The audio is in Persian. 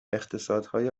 اقتصادهای